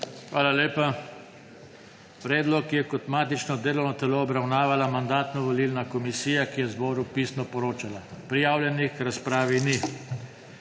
Hvala lepa. Predlog je kot matično delovno telo obravnavala Mandatno-volilna komisija, ki je zboru pisno poročala. Prijavljenih k razpravi ni.